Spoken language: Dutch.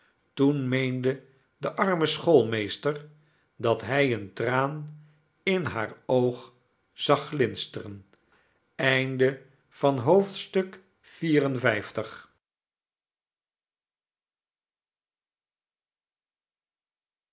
toen meende de arme schoolmeester dat hij een traan in haar oog zag glinsteren lv